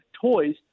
toys